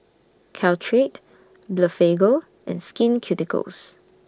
Caltrate Blephagel and Skin Ceuticals